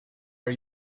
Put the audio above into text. are